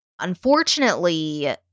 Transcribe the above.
Unfortunately